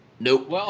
Nope